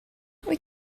wyt